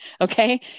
Okay